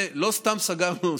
לא סתם סגרנו.